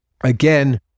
Again